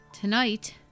Tonight